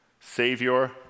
Savior